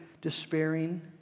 despairing